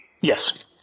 Yes